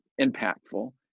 impactful